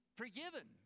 forgiven